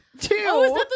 two